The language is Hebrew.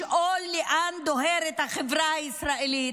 לשאול לאן דוהרת החברה הישראלית,